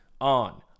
on